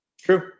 True